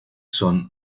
son